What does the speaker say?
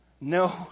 No